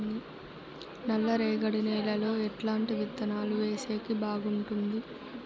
నల్లరేగడి నేలలో ఎట్లాంటి విత్తనాలు వేసేకి బాగుంటుంది?